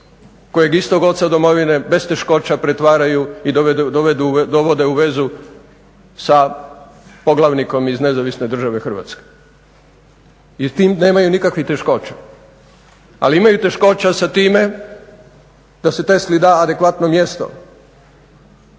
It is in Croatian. Kojeg istog oca domovine bez teškoća pretvaraju i dovode u vezu sa poglavnikom iz NDH. I s tim nemaju nikakvih teškoća. Ali imaju teškoća sa time da se Tesli da adekvatno mjesto